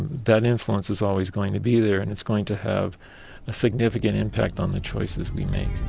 that influence is always going to be there, and it's going to have a significant impact on the choices we make.